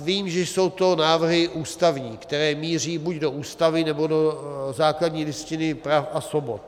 Vím, že jsou to návrhy ústavní, které míří buď do Ústavy, nebo do základní listiny práv a svobod.